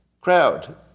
crowd